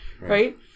right